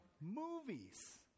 movies